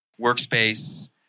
workspace